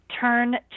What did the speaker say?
turn